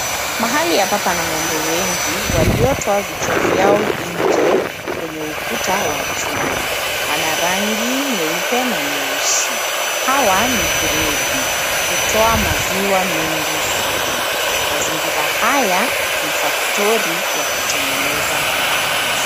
Mahali hapa pana ng'ombe wengi walio toa vichwa vyao nje kwenye ukuta wa chuma. Wana rangi nyeupe na nyeusi. Hawa ni gredi. Hutoa maziwa mengi sana. Mazingira haya ni [cs ] faktori[cs ] ya kutengeneza maziwa.